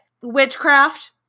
witchcraft